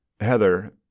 Heather